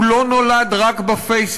הוא לא נולד רק בפייסבוק.